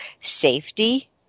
safety